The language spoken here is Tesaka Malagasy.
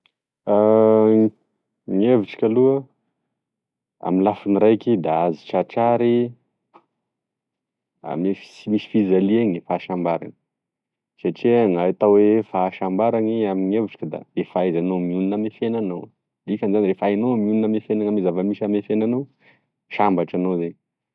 Gn'hevitro kaloa amy lafiny raiky da azo tratrary ame sy misy e fijaliany e fahasambaragne satria natao oe fahasambaragne amin'hevitro da e fahaizanao mionona amgne fiainanao dikanizany refa ainao mionona ame fienana ame zavamisy ame fiainanao sambatry anao zay.